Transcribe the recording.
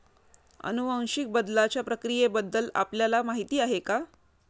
अनुवांशिक बदलाच्या प्रक्रियेबद्दल आपल्याला माहिती आहे का?